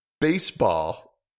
Baseball